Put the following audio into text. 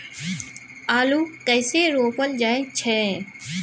आलू कइसे रोपल जाय छै?